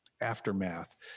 Aftermath